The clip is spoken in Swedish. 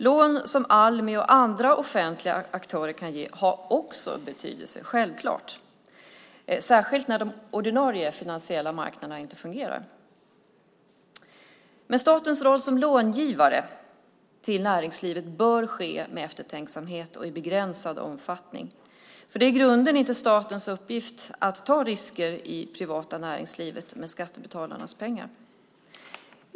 Lån som Almi och andra offentliga aktörer kan ge har självklart också betydelse, särskilt när de ordinarie finansiella marknaderna inte fungerar. Statens roll som långivare till näringslivet bör ske med eftertänksamhet och i begränsad omfattning. Det är i grunden inte statens uppgift att ta risker i det privata näringslivet med skattebetalarnas pengar.